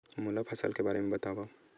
मोला फसल के बारे म बतावव?